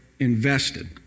invested